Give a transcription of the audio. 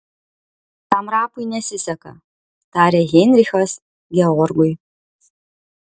tam rapui nesiseka tarė heinrichas georgui